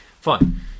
Fine